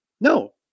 No